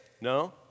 No